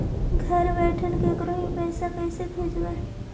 घर बैठल केकरो ही पैसा कैसे भेजबइ?